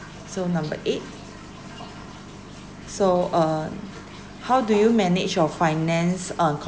so number eight so uh how do you manage your finance uh